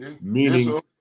Meaning